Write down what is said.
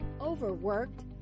Overworked